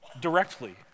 directly